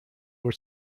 were